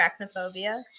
Arachnophobia